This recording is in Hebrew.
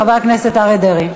חבר הכנסת אריה דרעי.